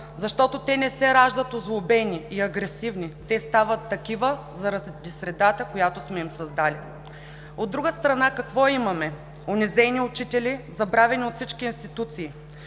защото те не се раждат озлобени и агресивни – те стават такива заради средата, която сме им създали. От друга страна, какво имаме? Унизени учители, забравени от всички институции.